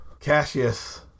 Cassius